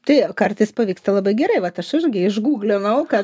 tai kartais pavyksta labai gerai vat aš irgi išgūglinau kad